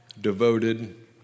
devoted